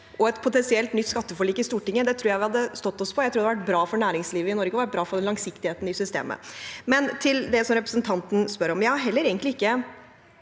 Et potensielt nytt skatteforlik i Stortinget tror jeg vi hadde stått oss på. Jeg tror det hadde vært bra for næringslivet i Norge og bra for langsiktigheten i systemet. Men til det som representanten spør om: Jeg er ikke